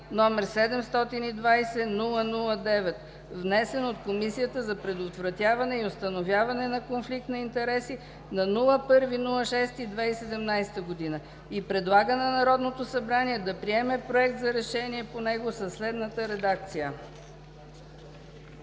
г., № 720-00-9, внесен от Комисията за предотвратяване и установяване на конфликт на интереси на първи юни 2017 г. и предлага на Народното събрание да приеме проект за решение по него със следната редакция: